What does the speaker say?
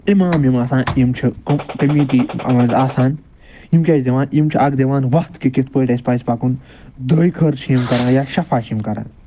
امام یِم آسان یِم چھِ کمیٖٹی مَنٛز آسان یِم کیاہ چھِ دِوان یِم چھِ اکھ دِوان وتھ کہ کِتھ پٲٹھۍ چھِ اسہ پَکُن دعٲے خٲر چھِ یِم کَران یا شَفا چھِ یِم کِران